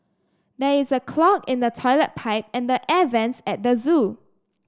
there is a clog in the toilet pipe and the air vents at the zoo